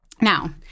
Now